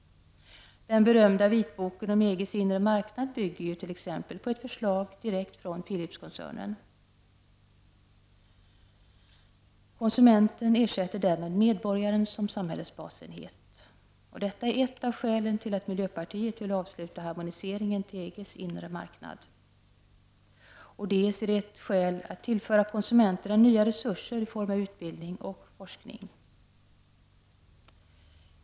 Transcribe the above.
Den berömda vitsboken om EG:s inre marknad bygger t.ex. på ett förslag direkt från Philipskoncernen. Konsumenten ersätter där medborgaren som samhällets basenhet. Detta är ett av skälen till att miljöpartiet vill avsluta harmoniseringen till EG:s inre marknad och tillföra konsumenterna nya resurser i form av utbildning och forskning.